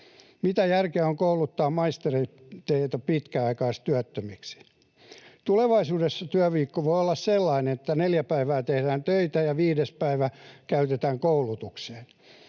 Mitä järkeä on kouluttaa maistereita pitkäaikaistyöttömiksi? Tulevaisuudessa työviikko voi olla sellainen, että neljä päivää tehdään töitä ja viides päivä käytetään koulutukseen.